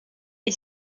est